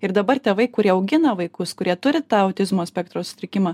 ir dabar tėvai kurie augina vaikus kurie turi tą autizmo spektro sutrikimą